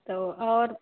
तो और